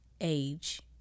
age